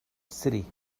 city